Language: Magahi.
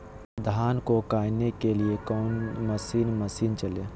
धन को कायने के लिए कौन मसीन मशीन चले?